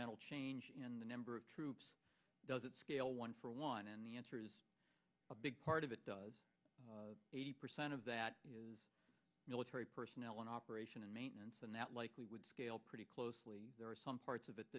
mental change in the number of troops does it scale one for one and the answer is a big part of it does eighty percent of that is military personnel in operation and maintenance and that likely would scale pretty closely there are some parts of it